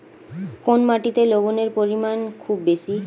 কোন মাটিতে লবণের পরিমাণ খুব বেশি?